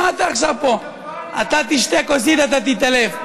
מה אתה עכשיו פה, אתה תשתה כוסית, אתה תתעלף.